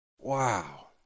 Wow